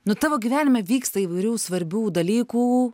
nu tavo gyvenime vyksta įvairių svarbių dalykų